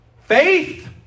faith